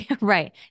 right